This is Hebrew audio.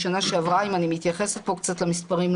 אם אני מתייחסת למספרים,